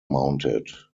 mounted